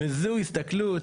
וזו הסתכלות